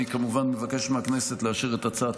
אני כמובן מבקש מהכנסת לאשר את הצעת